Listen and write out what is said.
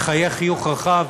לחייך חיוך רחב.